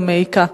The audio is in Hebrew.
גם מעיקה.